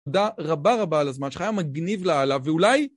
תודה רבה רבה על הזמן שלך, היה מגניב לאללה, ואולי...